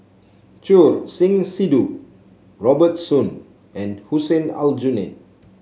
Choor Singh Sidhu Robert Soon and Hussein Aljunied